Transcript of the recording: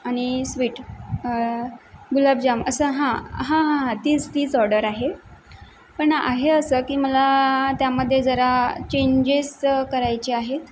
आणि स्वीट गुलाबजाम असं हां हां हां हां तीच तीच ऑर्डर आहे पण आहे असं की मला त्यामध्ये जरा चेंजेस करायचे आहेत